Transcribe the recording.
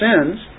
sins